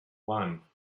one